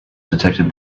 detected